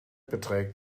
beträgt